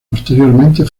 posteriormente